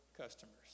customers